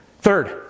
Third